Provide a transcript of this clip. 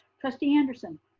trustee anderson.